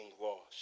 lost